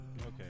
Okay